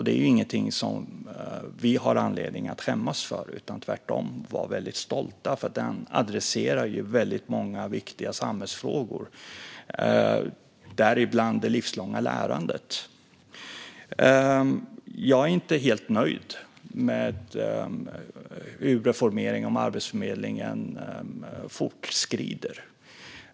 Det är ingenting som vi har anledning att skämmas för, utan vi ska tvärtom vara väldigt stolta över reformen. Den adresserar många viktiga samhällsfrågor, däribland det livslånga lärandet. Jag är inte helt nöjd med hur reformeringen av Arbetsförmedlingen fortskrider.